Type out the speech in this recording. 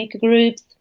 groups